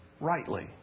rightly